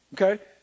okay